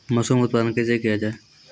Mushroom उत्पादन कैसे किया जाय?